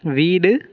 வீடு